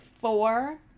four